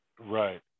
Right